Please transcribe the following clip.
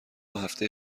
هفته